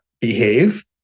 behave